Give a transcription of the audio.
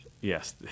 Yes